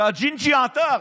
שהג'ינג'י עתר.